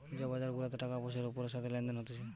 যে বাজার গুলাতে টাকা পয়সার ওপরের সাথে লেনদেন হতিছে